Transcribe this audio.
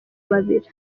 babiri